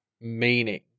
meaning